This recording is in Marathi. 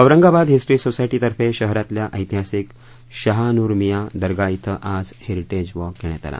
औरंगाबाद हिस्ट्री सोसायटीतर्फे शहरातल्या ऐतिहासिक शहानूरमियाँ दर्गा धिं आज हेरिटेज वॉक घेण्यात आला